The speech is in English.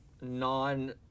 non